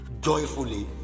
Joyfully